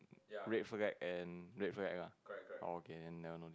red flag and red flag lah okay then I know